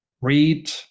read